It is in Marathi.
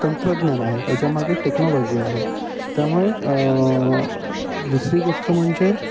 तंत्रज्ञान आहे त्याच्यामागे टेक्नॉलॉजी आहे त्यामुळे दुसरी गोष्ट म्हणजे